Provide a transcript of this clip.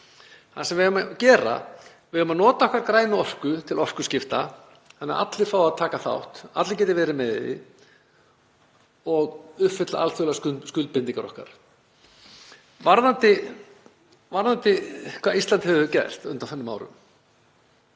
Það sem við eigum að gera er að nota okkar grænu orku til orkuskipta þannig að allir fái að taka þátt, allir geti verið með í því, og uppfylla alþjóðlegar skuldbindingar okkar. Hvað hefur Ísland gert á undanförnum árum?